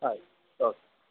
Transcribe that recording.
ಆಯಿತು ಓಕೆ